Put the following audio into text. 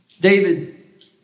David